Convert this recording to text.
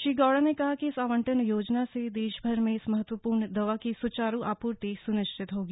श्री गौड़ा ने कहा कि इस आवंटन योजना से देश भर में इस महत्वपूर्ण दवा की सुचारू आपूर्ति सुनिश्चित होगी